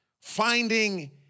finding